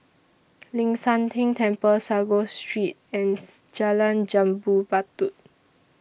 Ling San Teng Temple Sago Street and Jalan Jambu Batu